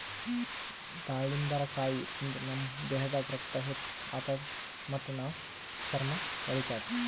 ದಾಳಿಂಬರಕಾಯಿ ತಿಂದ್ರ್ ನಮ್ ದೇಹದಾಗ್ ರಕ್ತ ಹೆಚ್ಚ್ ಆತದ್ ಮತ್ತ್ ನಮ್ ಚರ್ಮಾ ಹೊಳಿತದ್